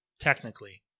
technically